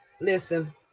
Listen